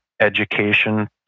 education